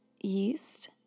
yeast